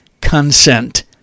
consent